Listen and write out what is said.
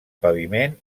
paviment